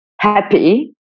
happy